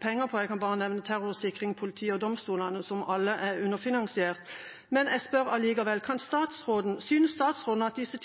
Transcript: penger på – jeg kan bare nevne terrorsikring, politi og domstolene, som alle er underfinansiert – men jeg spør allikevel: Synes statsråden at disse